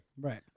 Right